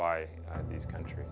by these countries